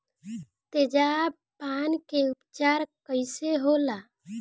तेजाब पान के उपचार कईसे होला?